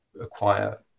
acquire